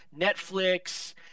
Netflix